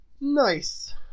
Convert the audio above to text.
Nice